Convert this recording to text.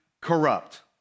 corrupt